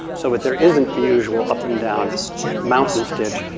so but there isn't the usual up and down mountains ditch.